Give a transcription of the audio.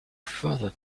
further